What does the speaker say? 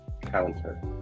counter